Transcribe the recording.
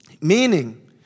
Meaning